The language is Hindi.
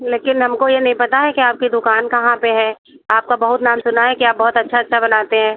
लेकिन हमको यह नहीं पता है कि आपकी दुकान कहाँ पर है आपका बहुत नाम सुना है कि आप बहुत अच्छा अच्छा बनाते हैं